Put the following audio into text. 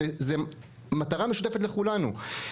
זו מטרה משותפת לכולנו.